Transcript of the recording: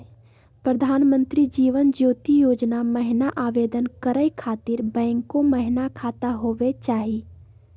प्रधानमंत्री जीवन ज्योति योजना महिना आवेदन करै खातिर बैंको महिना खाता होवे चाही?